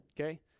okay